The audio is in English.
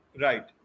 Right